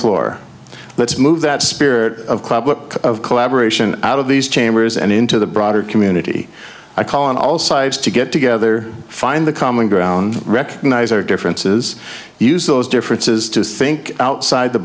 floor let's move that spirit of club of collaboration out of these chambers and into the broader community i call on all sides to get together find the common ground recognize our differences use those differences to think outside the